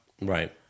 Right